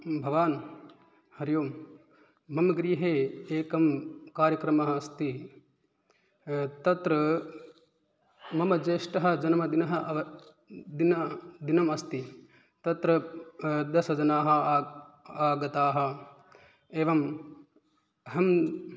भवान् हरिः ओं मम गृहे एकः कार्यक्रमः अस्ति तत्र मम ज्येष्ठः जन्मदिनः जन्मदिनम् अस्ति तत्र दशजनाः आ आगताः एवम् अहं